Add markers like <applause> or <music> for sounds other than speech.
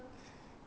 <breath>